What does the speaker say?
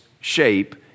shape